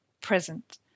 present